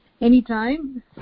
Anytime